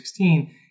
2016